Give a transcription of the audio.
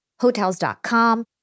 Hotels.com